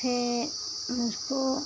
हम उसको